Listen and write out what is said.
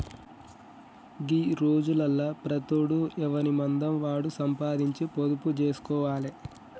గీ రోజులల్ల ప్రతోడు ఎవనిమందం వాడు సంపాదించి పొదుపు జేస్కోవాలె